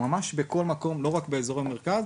ממש בכל מקום ולא רק באזור המרכז,